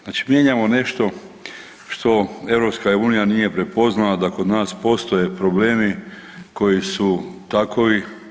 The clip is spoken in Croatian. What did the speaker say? Znači mijenjamo nešto što EU nije prepoznala da kod nas postoje problemi koji su takovi.